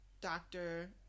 doctor